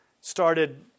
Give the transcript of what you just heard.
started